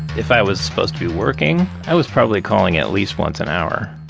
if i was supposed to be working, i was probably calling at least once an hour.